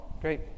Great